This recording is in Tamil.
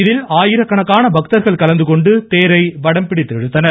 இதில் ஆயிரக்கணக்கான பக்தர்கள் கலந்துகொண்டு தேரை வடம் பிடித்து இழுத்தனர்